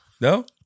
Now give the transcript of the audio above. No